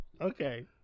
Okay